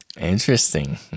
Interesting